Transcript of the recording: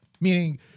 Meaning